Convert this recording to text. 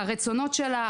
הרצונות שלה,